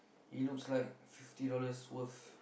it looks like fifty dollars worth